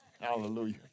Hallelujah